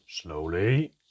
Slowly